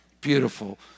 Beautiful